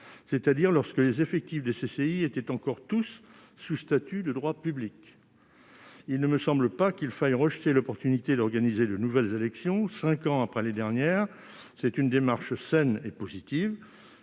en 2017, lorsque les effectifs des CCI étaient encore tous sous statut de droit public. Il ne me semble pas qu'il faille rejeter cette occasion d'organiser de nouvelles élections, cinq ans après les dernières. Cette démarche saine et positive